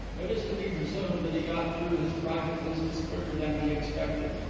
it is to be presumed that he got through his private business quicker than he expected,